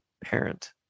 parent